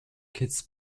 kids